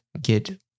get